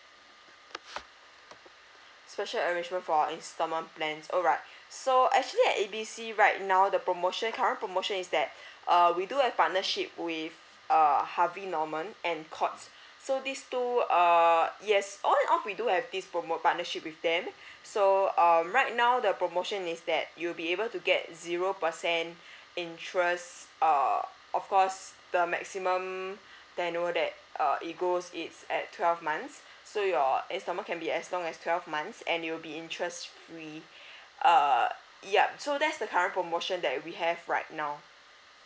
special arrangement for installment plans alright so actually at A B C right now the promotion current promotion is that uh we do have partnership with err Harvey Norman and Courts so these two err yes on and off we do have this promote partnership with them so uh right now the promotion is that you'll be able to get zero percent interest uh of course the maximum that I know that uh it goes it's at twelve months so your installment can be as long as twelve months and it'll be interest free uh ya so that's the current promotion that we have right now